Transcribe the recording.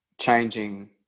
changing